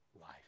life